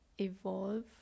evolve